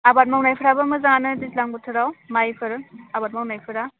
आबाद मावनायफोराबो मोजाङानो दैज्लां बोथोराव माइफोर आबाद मावनायफोरा